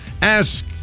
Ask